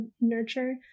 nurture